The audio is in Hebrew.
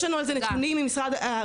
יש לנו על זה נתונים ממשרד הרווחה.